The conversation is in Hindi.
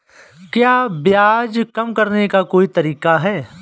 क्या ब्याज कम करने का कोई तरीका है?